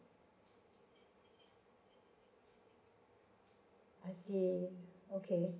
I see okay